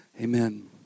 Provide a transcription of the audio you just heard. Amen